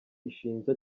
ishinja